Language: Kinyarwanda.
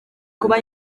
kuba